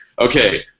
okay